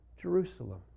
Jerusalem